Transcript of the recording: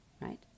right